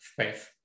space